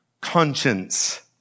conscience